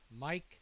Mike